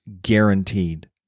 guaranteed